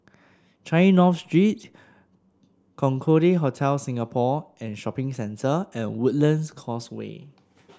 Changi North Street Concorde Hotel Singapore and Shopping Centre and Woodlands Causeway